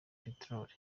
peteroli